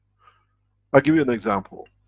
i'll give you an example.